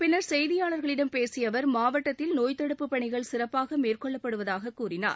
பின்னர் செய்தியாளர்களிடம் பேசிய அவர் மாவட்டத்தில் நோய் தடுப்பு பணிகள் சிறப்பாக மேற்கொள்ளப்படுவதாக கூறினார்